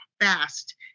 fast